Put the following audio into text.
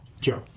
joe